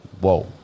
whoa